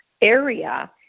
area